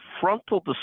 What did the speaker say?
frontal